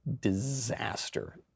disaster